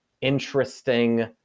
interesting